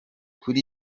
kuri